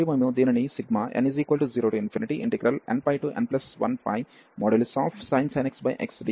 మరియు మేము దీనిని n0nπn1sin x xdx